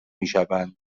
میشوند